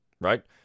Right